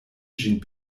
ĝin